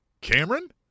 Cameron